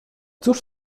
cóż